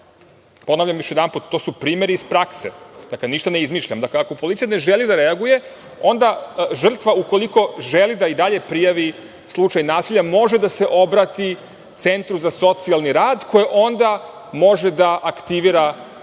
ponavljam još jedan put, to su primeri iz prakse, ništa ne izmišljam, ako policija ne želi da reaguje, onda žrtva, ukoliko želi da i dalje prijavi slučaj nasilja može da se obrati Centru za socijalni rad, koje onda može da aktivira